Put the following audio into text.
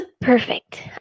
Perfect